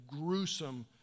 gruesome